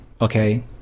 Okay